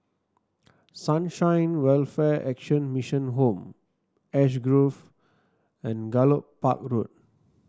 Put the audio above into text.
Sunshine Welfare Action Mission Home Ash Grove and Gallop Park Road